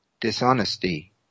dishonesty